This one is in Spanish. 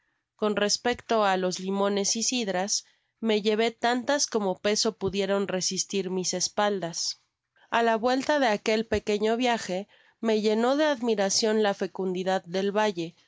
con respecto á los limones y cidras me llevé tantas como peso pudieran resistir mis espaldas i s í m üouo a la vuelta de aquel pequeño viaje me llené de admiracion la fecundidad del valle